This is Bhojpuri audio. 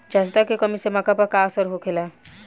जस्ता के कमी से मक्का पर का असर होखेला?